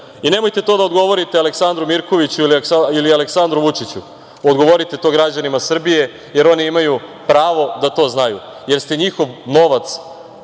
to da odgovorite Aleksandru Mirkoviću ili Aleksandru Vučiću, odgovorite to građanima Srbije, jer oni imaju pravo da to znaju, jer ste njihov novac